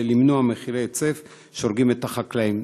למנוע מחירי היצף שהורגים את החקלאים?